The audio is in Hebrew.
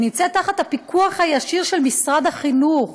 שנמצאת תחת הפיקוח הישיר של משרד החינוך